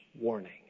warning